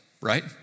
right